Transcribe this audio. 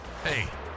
Hey